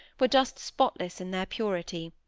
were just spotless in their purity.